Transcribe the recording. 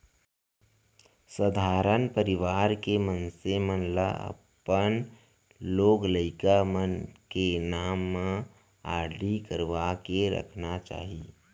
सधारन परवार के मनसे मन ल अपन लोग लइका मन के नांव म आरडी करवा के रखना चाही